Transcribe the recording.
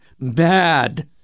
bad